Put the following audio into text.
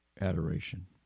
adoration